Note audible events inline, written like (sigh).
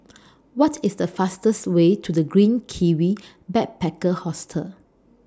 (noise) What IS The fastest Way to The Green Kiwi Backpacker Hostel